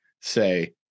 say